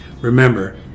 Remember